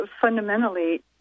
fundamentally